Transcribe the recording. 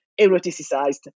eroticized